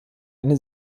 eine